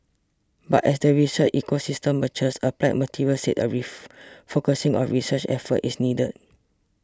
but as the research ecosystem matures Applied Materials said a refocusing of research efforts is needed